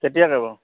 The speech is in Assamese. কেতিয়াকৈ বাৰু